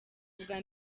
ubwa